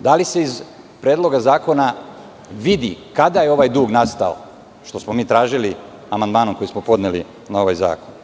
Da li se iz Predloga zakona vidi kada je ovaj dug nastao, što smo mi tražili amandmanom koji smo podneli na ovaj zakon?